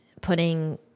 putting